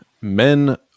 men